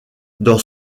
dans